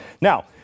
Now